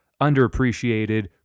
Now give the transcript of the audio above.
underappreciated